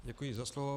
Děkuji za slovo.